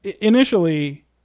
initially